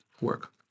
work